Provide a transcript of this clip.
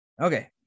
Okay